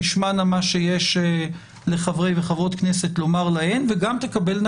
תשמענה מה שיש לחברי וחברות כנסת לומר להן וגם תקבלנה